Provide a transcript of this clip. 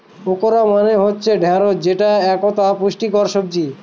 okra মানে হচ্ছে ঢ্যাঁড়স যেটা একতা পুষ্টিকর সবজি